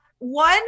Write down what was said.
One